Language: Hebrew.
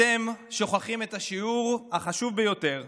אתם שוכחים את השיעור החשוב ביותר,